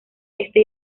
este